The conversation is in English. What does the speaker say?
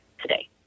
today